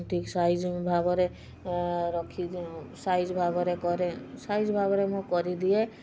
ଠିକ ସାଇଜ୍ ଭାବରେ ରଖି ସାଇଜ୍ ଭାବରେ କରେ ସାଇଜ୍ ଭାବରେ ମୁଁ କରି ଦିଏ